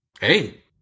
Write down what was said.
Hey